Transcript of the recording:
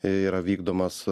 yra vykdomos